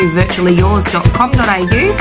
virtuallyyours.com.au